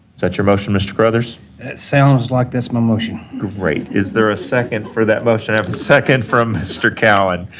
that your motion, mr. carothers? that sounds like that's my motion. great. is there a second for that motion? i have a second from mr. cowan.